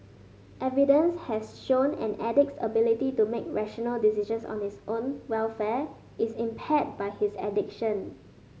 evidence has shown an addict's ability to make rational decisions on his own welfare is impaired by his addiction